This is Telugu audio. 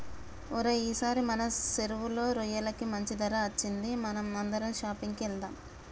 ఓరై ఈసారి మన సెరువులో రొయ్యలకి మంచి ధర అచ్చింది మనం అందరం షాపింగ్ కి వెళ్దాం